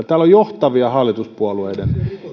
täällä on paikalla johtavia hallituspuolueiden